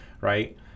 right